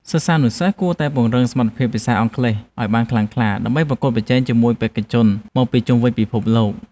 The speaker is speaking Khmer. សិស្សានុសិស្សគួរតែពង្រឹងសមត្ថភាពភាសាអង់គ្លេសឱ្យបានខ្លាំងក្លា ដើម្បីប្រកួតប្រជែងជាមួយបេក្ខជនមកពីជុំវិញពិភពលោក។